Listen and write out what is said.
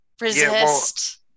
Resist